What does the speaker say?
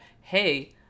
hey